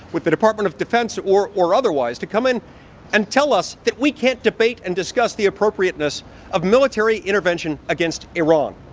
with the department of defense or or otherwise to come in and tell us that we can't debate and discuss the appropriateness of military intervention against iran.